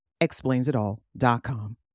explainsitall.com